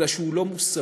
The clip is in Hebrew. אלא שהוא לא מוסרי.